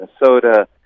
Minnesota